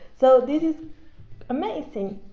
so this is amazing.